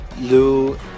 Lou